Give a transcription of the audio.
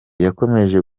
yakomeje